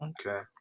Okay